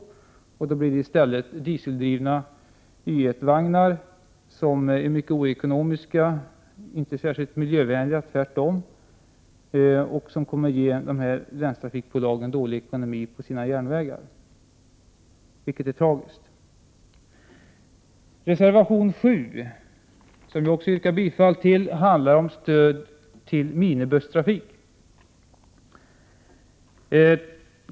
I stället blir det då dieseldrivna Y1-vagnar, som är mycket oekonomiska och inte särskilt miljövänliga, tvärtom. Dessutom skulle det ge de här länstrafikbolagen dålig ekonomi när det gäller järnvägarna, vilket är tragiskt. Reservation 7, som jag också yrkar bifall till, handlar om stöd till minibusstrafik.